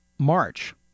March